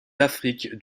d’afrique